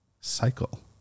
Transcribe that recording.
cycle